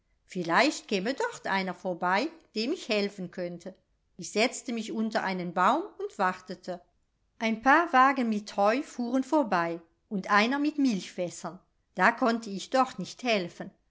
vielleicht käme dort einer vorbei dem ich helfen könnte ich setzte mich unter einen baum und wartete ein paar wagen mit heu fuhren vorbei und einer mit milchfässern da konnte ich doch nicht helfen